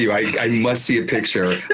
i must see a picture